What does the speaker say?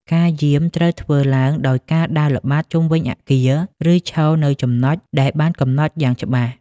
ការយាមត្រូវធ្វើឡើងដោយការដើរល្បាតជុំវិញអគារ ឬឈរនៅចំណុចដែលបានកំណត់យ៉ាងច្បាស់។